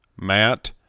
Matt